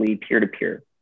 peer-to-peer